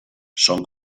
son